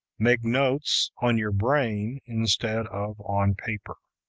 make notes on your brain instead of on paper.